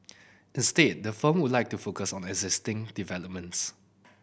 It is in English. instead the firm would like to focus on existing developments